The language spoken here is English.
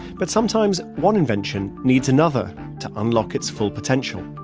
but sometimes one invention needs another to unlock its full potential.